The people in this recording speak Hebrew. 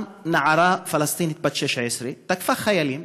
נערה פלסטינית בת 16 תקפה שם חיילים,